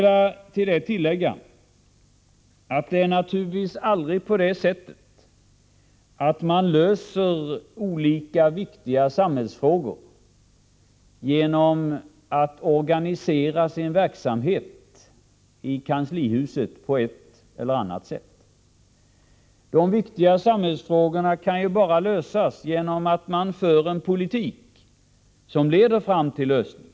Jag vill tillägga att det naturligtvis aldrig är på det sättet, att man löser olika viktiga samhällsfrågor genom att organisera verksamheten i kanslihuset på ett visst sätt. De viktiga samhällsfrågorna kan ju bara lösas genom att man för en politik som verkligen leder till resultat.